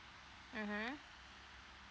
mmhmm